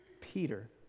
Peter